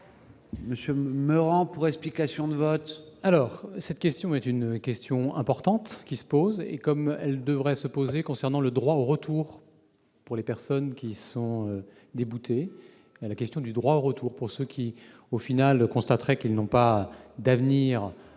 Meurant, pour explication de vote.